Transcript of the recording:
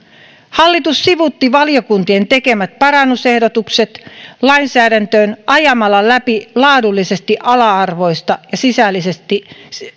hallitus sivuutti valiokuntien tekemät parannusehdotukset lainsäädäntöön ajamalla läpi laadullisesti ala arvoista ja sisällöllisesti